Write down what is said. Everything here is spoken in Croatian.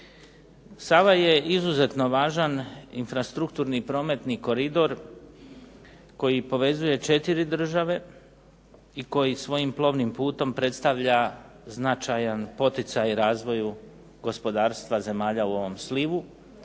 Sava je izuzetno važan infrastrukturni i prometni koridor koji povezuje četiri države i koji svojim plovnim putom predstavlja značajan poticaj razvoju gospodarstva zemalja u ovom slivu,